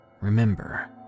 Remember